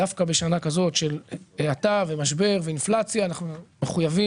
דווקא בשנה כזאת של האטה ומשבר ואינפלציה אנחנו מחויבים